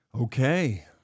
Okay